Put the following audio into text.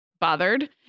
bothered